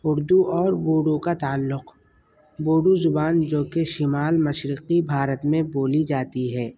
اردو اور بوڈو کا تعلق بوڈو زبان جوکہ شمال مشرقی بھارت میں بولی جاتی ہے